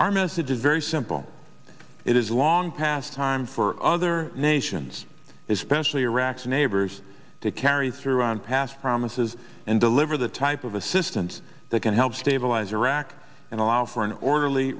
is very simple it is long past time for other nations is specially iraq's neighbors to carry through on past promises and deliver the type of assistance that can help stabilize iraq and allow for an orderly